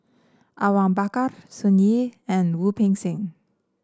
Awang Bakar Sun Yee and Wu Peng Seng